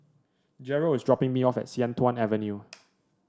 Jerrel is dropping me off at Sian Tuan Avenue